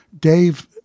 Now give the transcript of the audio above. Dave